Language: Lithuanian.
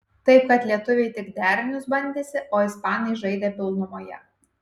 taip kad lietuviai tik derinius bandėsi o ispanai žaidė pilnumoje